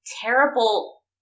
terrible